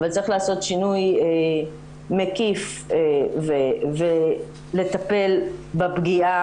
אבל צריך לעשות שינוי מקיף ולטפל בפגיעה